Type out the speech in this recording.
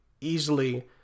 easily